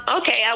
Okay